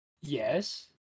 Yes